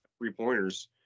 three-pointers